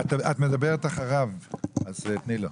את מדברת אחריו אז תני לו.